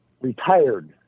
retired